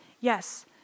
yes